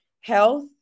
health